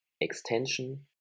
extension